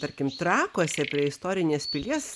tarkim trakuose prie istorinės pilies